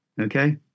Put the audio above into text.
Okay